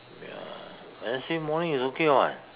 ya Wednesday morning is okay [what]